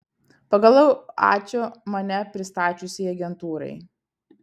pagaliau ačiū mane pristačiusiai agentūrai